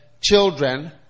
children